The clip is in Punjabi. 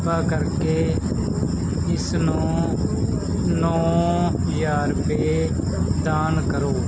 ਕਿਰਪਾ ਕਰਕੇ ਇਸ ਨੂੰ ਨੌਂ ਹਜ਼ਾਰ ਰੁਪਏ ਦਾਨ ਕਰੋ